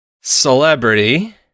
celebrity